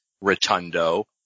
Rotundo